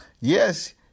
yes